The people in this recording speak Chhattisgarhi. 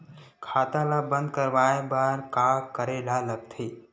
खाता ला बंद करवाय बार का करे ला लगथे?